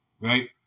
Right